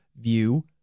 view